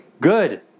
good